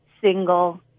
single